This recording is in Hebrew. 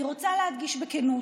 אני רוצה להדגיש בכנות: